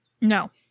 No